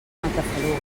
matafaluga